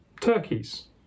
turkeys